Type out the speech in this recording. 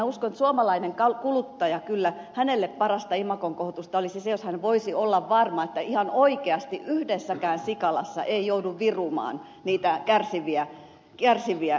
minä uskon että suomalaiselle kuluttajalle parasta imagonkohotusta olisi se jos hän voisi olla varma että ihan oikeasti yhdessäkään sikalassa ei joudu virumaan niitä kärsiviä sikoja